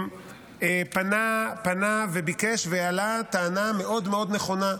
הוא פנה וביקש והעלה טענה מאוד מאוד נכונה: